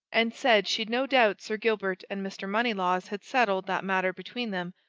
and said she'd no doubt sir gilbert and mr. moneylaws had settled that matter between them,